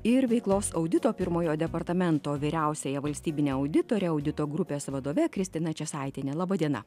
ir veiklos audito pirmojo departamento vyriausiąja valstybine auditore audito grupės vadove kristina česaitiene laba diena